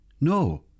No